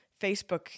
Facebook